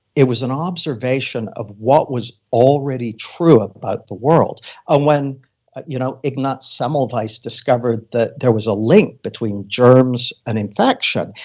it was an observation of what was already true about the world or and when you know ignaz semmelweis discovered that there was a link between germs and infection,